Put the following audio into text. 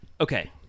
okay